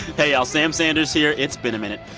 hey y'all. sam sanders here. it's been a minute.